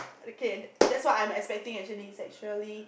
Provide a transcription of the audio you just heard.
okay that's what I'm expecting actually sexually